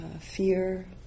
fear